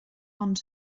ond